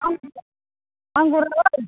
आंगुरालाय